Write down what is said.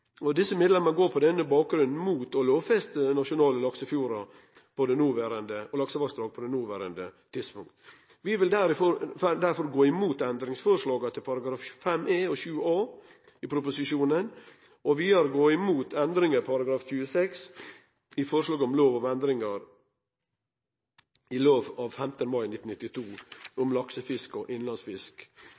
Desse medlemmer går på denne bakgrunn mot å lovfeste nasjonale laksefjordar og laksevassdrag på det noverande tidspunkt. Vi vil derfor gå imot endringsforslaga til §§ 5 e og 7 a i proposisjonen. Vidare går vi imot endringar i § 26 i forslag til lov om endringar i lov 15. mai 1992 nr. 47 om laksefisk og innlandsfisk.